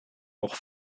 nog